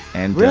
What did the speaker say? and. really.